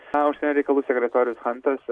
na užsienio reikalų sekretorius hantas